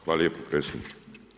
Hvala lijepo predsjedniče.